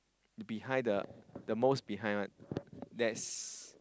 behind the the most behind there's